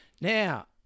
Now